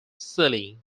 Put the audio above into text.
sealing